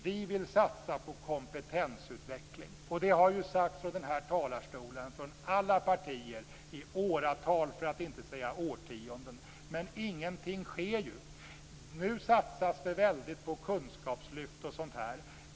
Vi vill satsa på kompetensutveckling. Det har sagts av alla partier i åratal, för att inte säga årtionden, från denna talarstol. Men ingenting sker. Nu satsas det väldigt på kunskapslyft.